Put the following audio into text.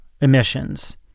emissions